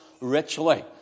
richly